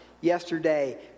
yesterday